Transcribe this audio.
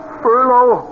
furlough